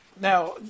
Now